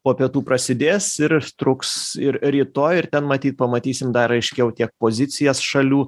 po pietų prasidės ir truks ir rytoj ir ten matyt pamatysim dar aiškiau tiek pozicijas šalių